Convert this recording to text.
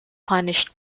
punished